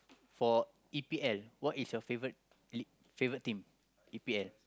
for E_P_L what is your favourite lead favourite team E_P_L